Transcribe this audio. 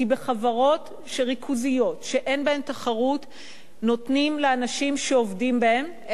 כי בחברות ריכוזיות שאין בהן תחרות נותנים לאנשים שעובדים בהן,